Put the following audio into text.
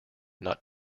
not